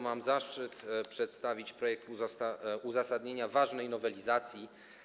Mam zaszczyt przedstawić projekt i uzasadnienie ważnej nowelizacji.